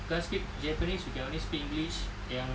can't speak japanese you can only speak english yang